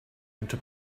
into